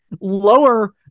lower